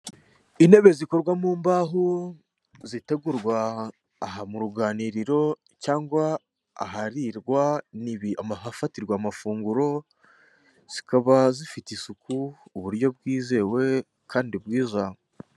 Intebe zikorwa mu mbaho zitegurwa aha mu ruganiriro cyangwa aharirwa ni mu hafatirwa amafunguro zikaba zifite isuku uburyo bwizewe kandi bwiza.